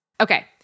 Okay